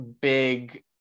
big